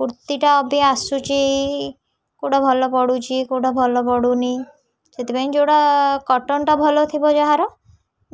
କୁର୍ତ୍ତୀଟା ଏବେ ଆସୁଛି କେଉଁଟା ଭଲ ପଡ଼ୁଛି କେଉଁଟା ଭଲ ପଡ଼ୁନି ସେଥିପାଇଁ ଯେଉଁଟା କଟନ୍ଟା ଭଲ ଥିବ ଯାହାର